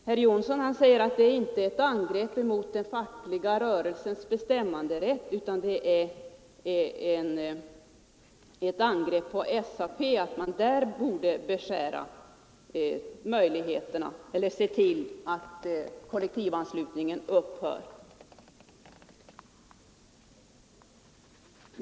Herr Jonsson i Alingsås säger att det här inte alls är fråga om något angrepp mot den fackliga rörelsens bestämmanderätt, utan det är ett angrepp mot SAP, som borde säga till om att man bör sluta med kollektivanslutning.